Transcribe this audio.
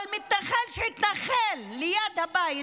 אבל מתנחל שהתנחל ליד הבית,